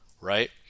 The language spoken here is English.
right